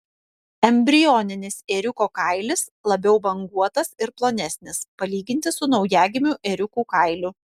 embrioninis ėriuko kailis labiau banguotas ir plonesnis palyginti su naujagimių ėriukų kailiu